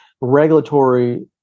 regulatory